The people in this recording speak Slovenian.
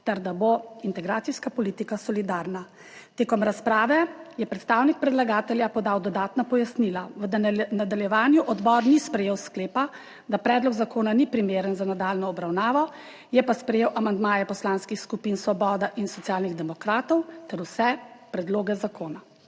ter da bo integracijska politika solidarna. Tekom razprave je predstavnik predlagatelja podal dodatna pojasnila. V nadaljevanju odbor ni sprejel sklepa, da predlog zakona ni primeren 3. TRAK: (SC) – 13.10 (nadaljevanje) za nadaljnjo obravnavo, je pa sprejel amandmaje poslanskih skupin Svoboda in Socialnih demokratov ter vse predloge zakona.